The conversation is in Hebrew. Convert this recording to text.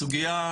הסוגיה,